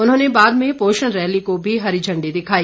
उन्होंने बाद में पोषण रैली को भी हरी झंडी दिखाई